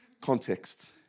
context